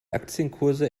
aktienkurse